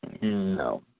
No